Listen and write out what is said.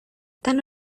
tan